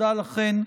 תודה לכן.